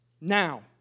Now